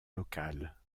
locales